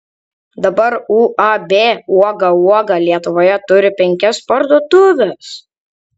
dabar uab uoga uoga lietuvoje turi penkias parduotuves